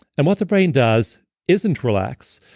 and what the brain does isn't relax.